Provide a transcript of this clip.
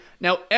Now